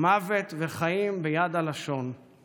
"מות וחיים ביד הלשון";